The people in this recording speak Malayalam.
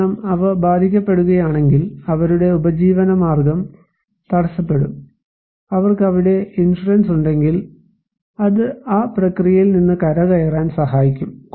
കാരണം അവ ബാധിക്കപ്പെടുകയാണെങ്കിൽ അവരുടെ ഉപജീവനമാർഗം തടസ്സപ്പെടും അവർക്ക് അവിടെ ഇൻഷുറൻസ് ഉണ്ടെങ്കിൽ അത് ആ പ്രക്രിയയിൽ നിന്ന് കരകയറാൻ സഹായിക്കും